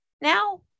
now